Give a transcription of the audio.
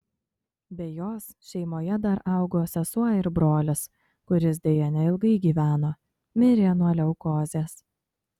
be jos šeimoje dar augo sesuo ir brolis kuris deja neilgai gyveno mirė nuo leukozės